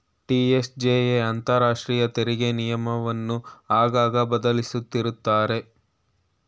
TCJA ಅಂತರಾಷ್ಟ್ರೀಯ ತೆರಿಗೆ ನಿಯಮವನ್ನು ಆಗಾಗ ಬದಲಿಸುತ್ತಿರುತ್ತದೆ